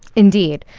indeed.